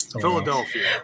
Philadelphia